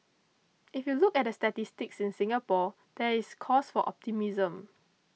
if you look at the statistics in Singapore there is cause for optimism